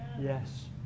Yes